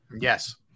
Yes